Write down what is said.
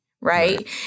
Right